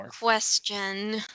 question